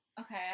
Okay